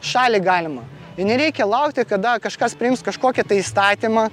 šalį galima i nereikia laukti kada kažkas priims kažkokį įstatymą